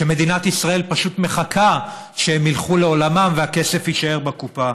שמדינת ישראל פשוט מחכה שהם ילכו לעולמם והכסף יישאר בקופה.